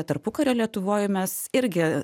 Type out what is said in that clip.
tarpukario lietuvoj mes irgi